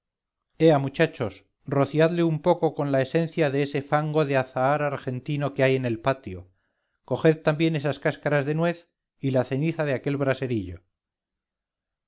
ea muchachos rociadle un poco con la esencia de ese fango de azahar argentino que hay en el patio coged también esas cáscaras de nuez y la ceniza de aquel braserillo